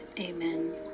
Amen